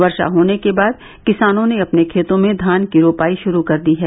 वर्षा होने के बाद किसानों ने अपने खेतों में धान की रोपाई शुरू कर दी है